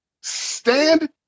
stand